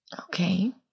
Okay